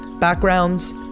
backgrounds